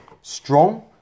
strong